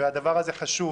והדבר הזה חשוב,